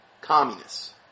Communists